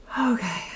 Okay